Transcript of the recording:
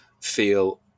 feel